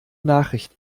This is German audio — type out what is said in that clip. nachricht